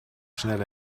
schnell